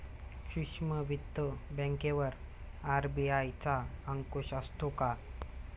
सूक्ष्म वित्त बँकेवर आर.बी.आय चा अंकुश असतो का?